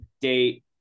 date